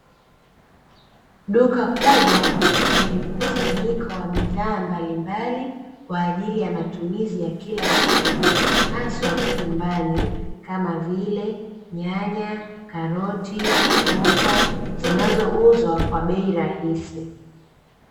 Duka kubwa lenye mkusanyiko wa bidhaa mbalimbali kwa ajili ya matumizi ya kila siku, haswa nyumbani kama vile: nyanya, karoti, hoho, zinazouzwa kwa bei rahisi.